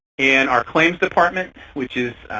and our claims department, which is